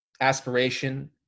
aspiration